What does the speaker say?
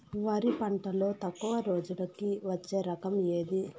వరి పంటలో తక్కువ రోజులకి వచ్చే రకం ఏది?